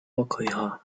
вакыйга